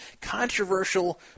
controversial